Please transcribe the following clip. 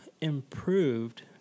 improved